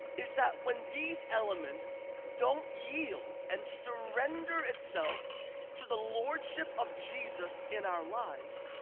is that when these elements don't yield, and surrender itself to the lordship of jesus in our lives,